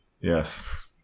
Yes